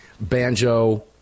Banjo